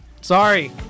Sorry